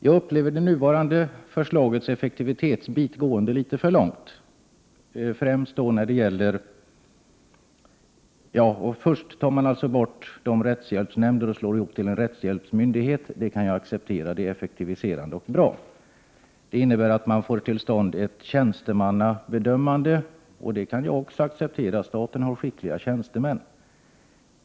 Jag upplever det föreliggande förslaget om effektivisering som litet för långtgående. Att rättshjälpsnämnder läggs ned och slås ihop till en rättshjälpsmyndighet kan jag acceptera. Det innebär en effektivisering och är bra. Det innebär vidare att man får till stånd ett tjänstemannabedömande, vilket jag också kan acceptera — staten har skickliga tjänstemän.